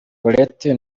colette